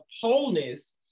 wholeness